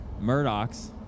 Murdoch's